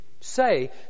say